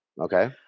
Okay